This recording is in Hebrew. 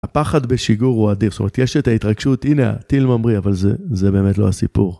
הפחד בשיגור הוא עדיף, זאת אומרת יש את ההתרגשות, הנה הטיל ממריא, אבל זה באמת לא הסיפור.